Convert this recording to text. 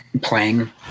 Playing